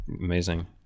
amazing